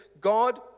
God